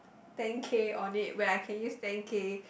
thank you on it where I can use thank you